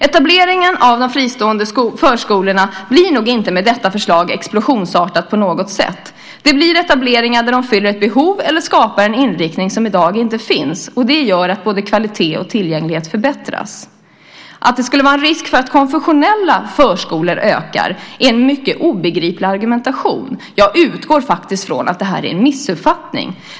Etableringen av de fristående förskolorna blir nog inte på något sätt explosionsartad med detta förslag. Det blir etableringar där de fyller ett behov eller skapar en inriktning som i dag inte finns. Det gör att både kvalitet och tillgänglighet förbättras. Att det skulle innebära en risk för att konfessionella förskolor ökar är en mycket obegriplig argumentation. Jag utgår ifrån att det är en missuppfattning.